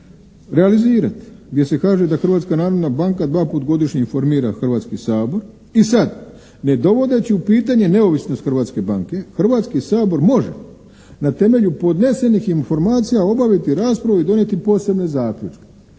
realizirati, gdje se kaže da Hrvatska narodna banka dva puta godišnje informira Hrvatski sabor i sad ne dovodeći u pitanje neovisnost Hrvatske banke, Hrvatski sabor može na temelju podnesenih informacija obaviti raspravu i donijeti posebne zaključke.